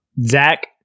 Zach